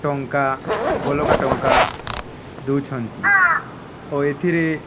ଟଙ୍କା ବଲକା ଟଙ୍କା ଦଉଛନ୍ତି ଓ ଏଥିରେ